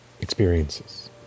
experiences